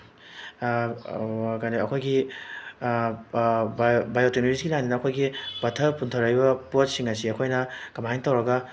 ꯀꯩꯅꯣ ꯑꯩꯈꯣꯏꯒꯤ ꯕꯥꯏꯑꯣ ꯇꯦꯛꯅꯣꯂꯣꯖꯤꯒꯤ ꯂꯥꯏꯟꯗꯅ ꯑꯩꯈꯣꯏꯒꯤ ꯄꯠꯊ ꯄꯨꯝꯊꯔꯛꯂꯤꯕ ꯄꯣꯠꯁꯤꯡ ꯑꯁꯤ ꯑꯩꯈꯣꯏꯅ ꯀꯃꯥꯏꯅ ꯇꯧꯔꯒ